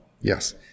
yes